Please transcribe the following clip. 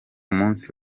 musi